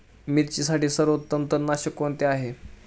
मिरचीसाठी सर्वोत्तम तणनाशक कोणते आहे?